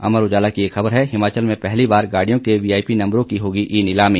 अमर उजाला की एक ख़बर है हिमाचल में पहली बार गाड़ियों के वीआईपी नम्बरों की होगी ई नीलामी